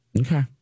Okay